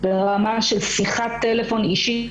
ברמה של שיחת טלפון אישית